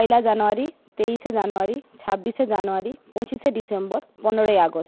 পয়লা January তেইশে January ছাব্বিশে January পঁচিশে ডিসেম্বর পনোরই আগস্ট